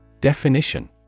Definition